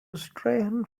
strahan